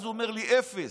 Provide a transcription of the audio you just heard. אז הוא אומר לי: אפס.